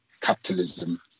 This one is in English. capitalism